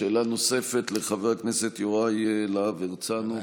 שאלה נוספת לחבר הכנסת יוראי להב הרצנו,